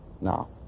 Now